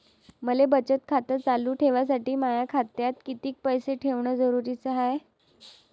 मले बचत खातं चालू ठेवासाठी माया खात्यात कितीक पैसे ठेवण जरुरीच हाय?